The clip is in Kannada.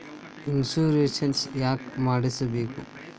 ಇನ್ಶೂರೆನ್ಸ್ ಯಾಕ್ ಮಾಡಿಸಬೇಕು?